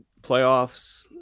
playoffs